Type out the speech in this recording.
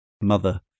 mother